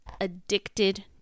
addicted